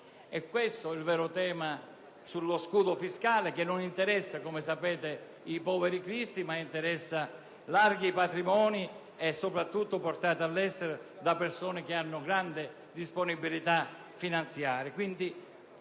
questo il vero tema sullo scudo fiscale, che non interessa - come sapete - i poveri cristi, ma interessa larghi patrimoni portati all'estero da persone che hanno grandi disponibilità finanziarie.